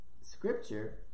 scripture